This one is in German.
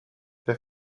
der